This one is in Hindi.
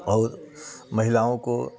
और महिलाओं को